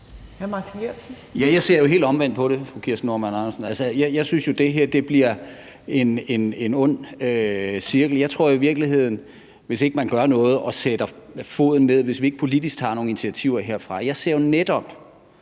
Jeg ser jo helt omvendt på det, fru Kirsten Normann Andersen. Jeg synes jo, at det her bliver en ond cirkel, hvis man ikke gør noget og sætter foden ned, hvis vi ikke politisk tager nogle initiativer. Jeg ser jo netop